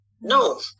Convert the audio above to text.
no